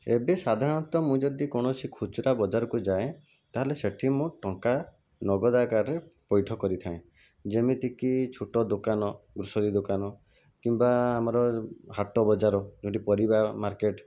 ଏବେ ସାଧାରଣତଃ ମୁଁ ଯଦି କୌଣସି ଖୁଚୁରା ବଜାରକୁ ଯାଏ ତାହେଲେ ସେଇଠି ମୁଁ ଟଙ୍କା ନଗଦ ଆକାରରେ ପୈଠ କରିଥାଏ ଯେମିତିକି ଛୋଟ ଦୋକାନ ଗ୍ରୋସରି ଦୋକାନ କିମ୍ବା ଆମର ହାଟ ବଜାର ଯେମିତି ପରିବା ମାର୍କେଟ୍